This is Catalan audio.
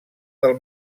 del